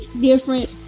different